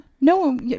No